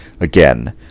again